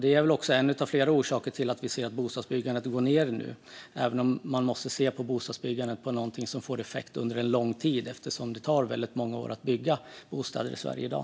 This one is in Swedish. Det är en av flera orsaker till att vi ser att bostadsbyggandet går ned, även om man måste se bostadsbyggande som något som får effekt efter en lång tid eftersom det tar många år att bygga bostäder i Sverige i dag.